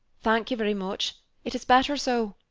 thank you very much it is better so.